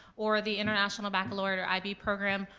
or the international bachelorette or ib program,